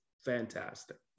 fantastic